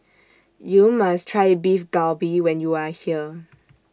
YOU must Try Beef Galbi when YOU Are here